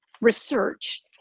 research